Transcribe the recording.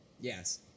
Yes